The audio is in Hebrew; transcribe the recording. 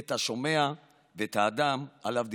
את השומע ואת האדם שעליו דיברו.